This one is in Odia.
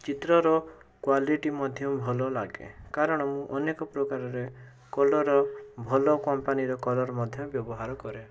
ଚିତ୍ରର କ୍ୱାଲିଟି ମଧ୍ୟ ଭଲ ଲାଗେ କାରଣ ମୁଁ ଅନେକ ପ୍ରକାରରେ କଲର୍ ଭଲ କମ୍ପାନୀର କଲର୍ ମଧ୍ୟ ବ୍ୟବହାର କରେ